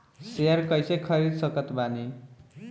Share कइसे खरीद सकत बानी?